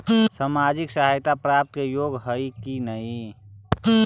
सामाजिक सहायता प्राप्त के योग्य हई कि नहीं?